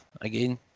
again